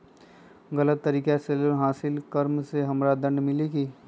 गलत तरीका से लोन हासिल कर्म मे हमरा दंड मिली कि?